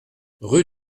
rue